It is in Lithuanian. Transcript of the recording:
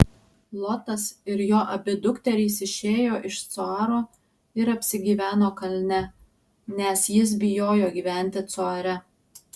lotas ir jo abi dukterys išėjo iš coaro ir apsigyveno kalne nes jis bijojo gyventi coare